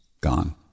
gone